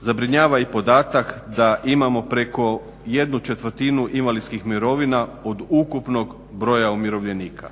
Zabrinjava i podatak da imamo preko ¼ invalidskih mirovina od ukupnog broja umirovljenika.